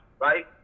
right